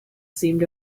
seemed